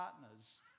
partners